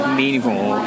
meaningful